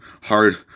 hard